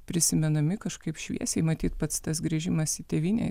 prisimenami kažkaip šviesiai matyt pats tas grįžimas į tėvynę